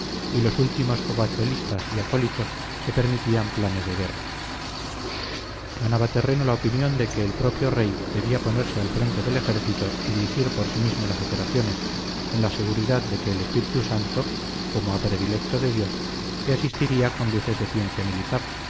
y los últimos covachuelistas y acólitos se permitían planes de guerra ganaba terreno la opinión de que el propio rey debía ponerse al frente del ejército y dirigir por sí mismo las operaciones en la seguridad de que el espíritu santo como a predilecto de dios le asistiría con luces de ciencia militar